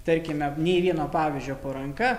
tarkime nei vieno pavyzdžio po ranka